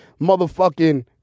motherfucking